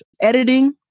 editing